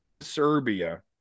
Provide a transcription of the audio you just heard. serbia